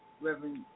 Reverend